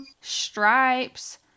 stripes